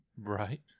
Right